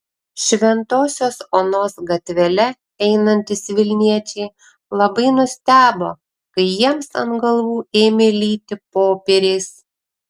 šventosios onos gatvele einantys vilniečiai labai nustebo kai jiems ant galvų ėmė lyti popieriais